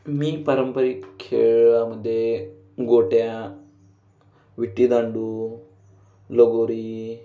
मी पारंपरिक खेळामध्ये गोट्या विट्टीदांडू लगोरी